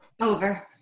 Over